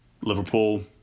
Liverpool